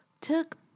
Took